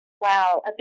Wow